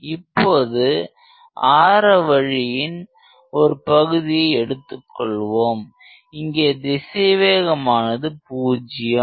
இப்போது ஆரவழியின் ஒரு பகுதி எடுத்துக் கொள்வோம் இங்கே திசைவேகம் ஆனது பூஜ்ஜியம்